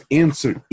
answer